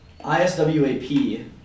ISWAP